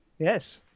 Yes